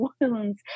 wounds